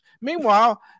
Meanwhile